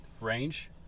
range